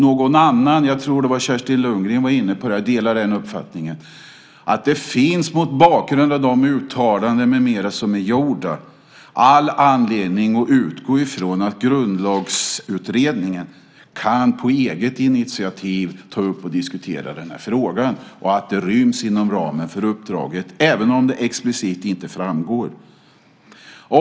Jag tror att det var Kerstin Lundgren som var inne på - jag delar den uppfattningen - att det mot bakgrund av de uttalanden med mera som har gjorts finns all anledning att utgå från att Grundlagsutredningen på eget initiativ kan ta upp och diskutera den här frågan och att det ryms inom ramen för uppdraget, även om det inte framgår explicit.